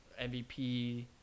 MVP